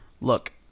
Look